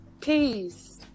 Peace